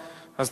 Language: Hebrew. לך,